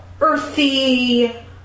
earthy